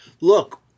look